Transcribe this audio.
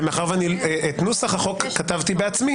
את נוסח החוק כתבתי בעצמי,